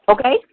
Okay